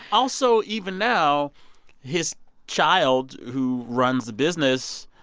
also even now his child who runs the business,